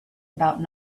about